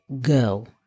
go